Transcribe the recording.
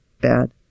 bad